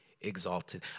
exalted